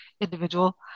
individual